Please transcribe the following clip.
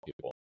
people